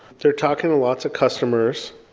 they're talking to lots of customers.